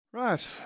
Right